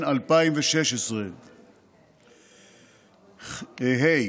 התשע"ז 2016, ה.